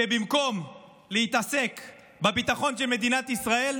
שבמקום להתעסק בביטחון של מדינת ישראל,